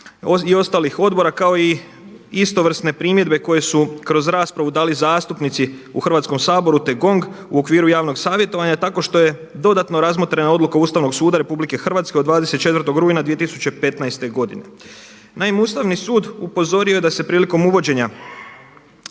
i ostalih odbora kao i istovrsne primjedbe koje su kroz raspravu dali zastupnici u Hrvatskom saboru, te GONG u okviru javnog savjetovanja tako što je dodatno razmotrena odluka Ustavnog suda RH od 24. rujna 2015. godine. Naime, Ustavni sud upozorio je da se prilikom uvođenja